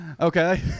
Okay